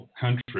country